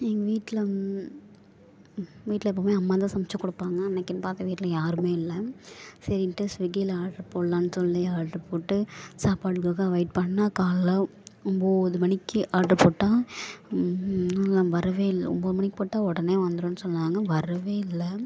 எங்கள் வீட்டில் வீட்டில் எப்பவுமே அம்மாதான் சமைத்து கொடுப்பாங்க அன்றைக்கின்னு பார்த்து வீட்டில் யாருமே இல்லை சரின்ட்டு ஸ்விகியில் ஆட்ரு போடலான் சொல்லி ஆட்ரு போட்டு சாப்பாடுக்காக வெயிட் பண்ணால் காலையில் ஒம்பது மணிக்கு ஆட்ரு போட்டால் அது வரவே இல்லை ஒம்பது மணிக்கு போட்டால் உடனே வந்துருன்னு சொன்னாங்க வரவே இல்லை